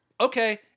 okay